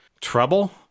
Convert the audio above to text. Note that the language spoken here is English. Trouble